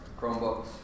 Chromebooks